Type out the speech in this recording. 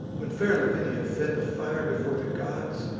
when fair lavinia fed the fire before the gods,